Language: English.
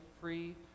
free